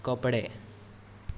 कपडे